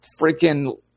freaking